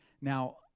Now